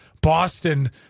Boston